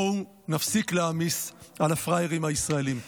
בואו נפסיק להעמיס על הפראיירים הישראלים.